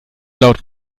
laut